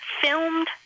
filmed